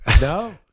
No